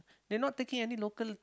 they not taking any local